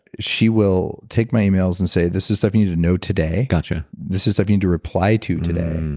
she will take my emails and say, this is stuff you need to know today. yeah this is stuff you need to reply to today,